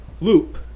loop